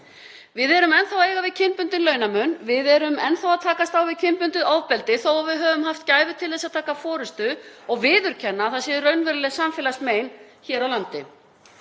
Við erum enn þá að eiga við kynbundinn launamun. Við erum enn þá að takast á við kynbundið ofbeldi, þó að við höfum borið gæfu til þess að taka forystu og viðurkenna að það er raunverulegt samfélagsmein hér á landi.